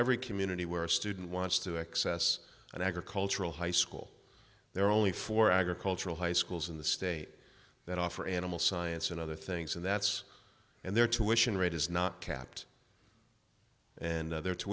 every community where a student wants to access an agricultural high school there are only four agricultural high schools in the state that offer animal science and other things and that's and their tuition rate is not capped and othe